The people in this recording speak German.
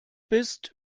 bist